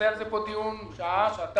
נערוך על זה דיון במשך שעה או שעתיים.